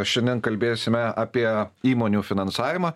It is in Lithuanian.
šiandien kalbėsime apie įmonių finansavimą